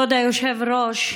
כבוד היושב-ראש,